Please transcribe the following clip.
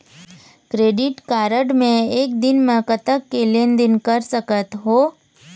Credit card मे एक दिन म कतक के लेन देन कर सकत हो?